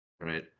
right